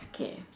okay